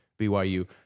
byu